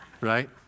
right